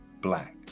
black